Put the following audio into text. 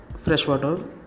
freshwater